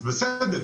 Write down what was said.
אז בסדר,